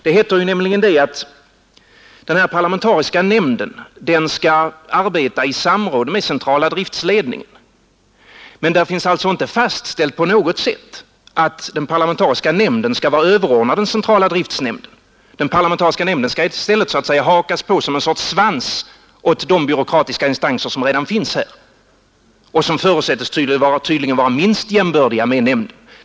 Det heter nämligen att denna parlamentariska nämnd skall arbeta i samråd med centrala driftledningen. Men det är alltså inte fastställt på något sätt att den parlamentariska nämnden skall vara överordnad den centrala driftsledningen. Den parlamentariska nämnden skall i stället så att säga hakas på som en sorts svans på de byråkratiska instanser som redan finns och som tydligen förutsätts vara minst jämbördiga med nämnden.